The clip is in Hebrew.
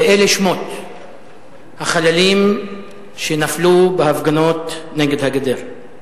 ואלה שמות החללים שנפלו בהפגנות נגד הגדר,